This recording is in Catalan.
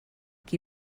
qui